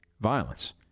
violence